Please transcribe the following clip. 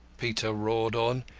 peter roared on,